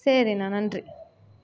சரிண்ணா நன்றி